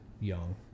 young